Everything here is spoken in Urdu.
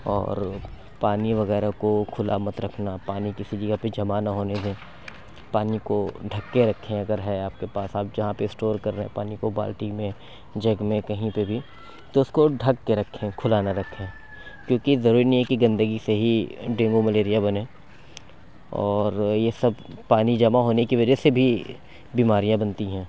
اور پانی وغیرہ کو کُھلا مت رکھنا پانی کسی جگہ پہ جمع نہ ہونے دیں پانی کو ڈھک کے رکھیں اگر ہے آپ کے پاس آپ جہاں پہ اسٹور کر رہے ہیں پانی بالٹی میں جگ میں کہیں پہ بھی تو اُس کو ڈھک کے رکھیں کھلا نہ رکھیں کیوں کہ ضروری نہیں ہے کہ گندگی سے ہی ڈینگو ملیریا بنے اور یہ سب پانی جمع ہونے کی وجہ سے بھی بیماریاں بنتی ہیں